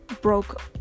broke